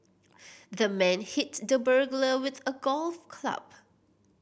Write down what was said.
the man hit the burglar with a golf club